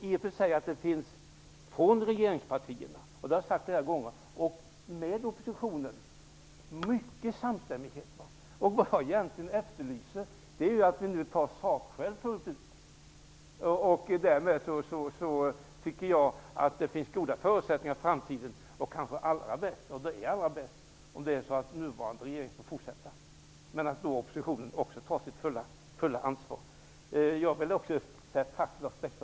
I och för sig finns det mycket av samstämmighet mellan regeringspartierna och oppositionen. Vad jag nu egentligen efterlyser är sakskäl. Därmed finns det goda förutsättningar inför framtiden. Det vore allra bäst om den nuvarande regeringen får fortsätta, men också oppositionen måste ta sitt fulla ansvar. Jag vill också rikta ett tack till Lars Bäckström.